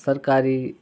સરકારી